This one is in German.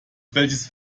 welches